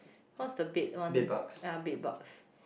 what's the bed one ya bed bugs